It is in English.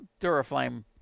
Duraflame